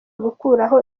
gukuraho